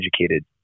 educated